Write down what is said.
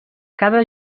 cada